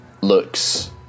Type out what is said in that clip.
looks